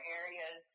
areas